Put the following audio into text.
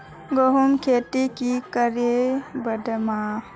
गेंहू खेती की करे बढ़ाम?